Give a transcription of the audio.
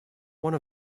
one